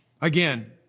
again